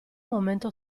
momento